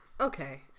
Okay